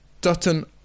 Dutton